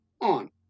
on